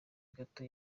gato